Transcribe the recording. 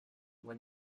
were